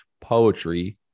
poetry